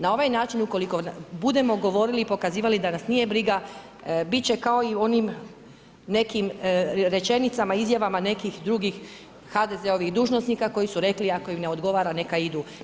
Na ovaj način ukoliko budemo govorili i pokazivali da nas nije briga, bit će kao i u onim nekim rečenicama, izjavama nekih drugih HDZ-ovih dužnosnika koji su rekli ako im ne odgovara neku idu.